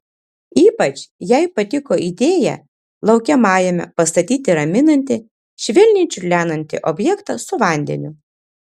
ypač jai patiko idėja laukiamajame pastatyti raminantį švelniai čiurlenantį objektą su vandeniu